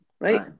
right